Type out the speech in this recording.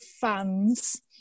fans